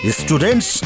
students